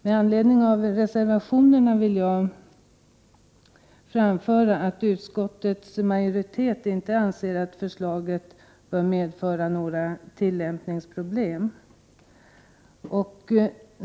Med anledning av reservationerna vill jag säga att utskottets majoritet inte anser att förslaget bör medföra några tillämpningsproblem.